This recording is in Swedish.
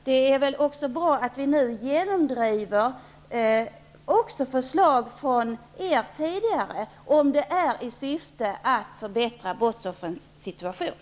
Det är väl också bra att vi genomdriver era tidigare förslag om vi gör det i syfte att förbättra brottsoffrens situation.